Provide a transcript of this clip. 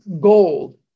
gold